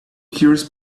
cures